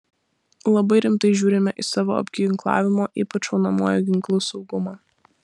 labai rimtai žiūrime į savo apginklavimo ypač šaunamuoju ginklu saugumą